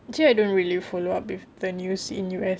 actually I don't really follow up with the news in U_S